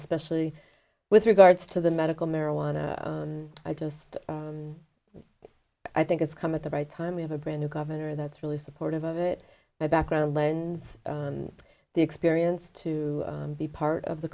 especially with regards to the medical marijuana i just i think it's come at the right time we have a brand new governor that's really supportive of it my background lends the experience to be part of the